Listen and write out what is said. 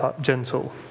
gentle